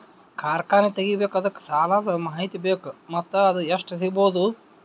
ಕಾರ್ಖಾನೆ ತಗಿಬೇಕು ಅದಕ್ಕ ಸಾಲಾದ ಮಾಹಿತಿ ಬೇಕು ಮತ್ತ ಅದು ಎಷ್ಟು ಸಿಗಬಹುದು?